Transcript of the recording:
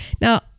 Now